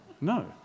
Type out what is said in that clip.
No